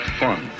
fun